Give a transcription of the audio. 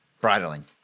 bridling